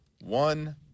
one